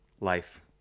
Life